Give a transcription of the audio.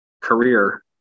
career